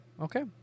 Okay